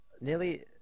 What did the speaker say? nearly